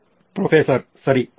professor ಸರಿ fine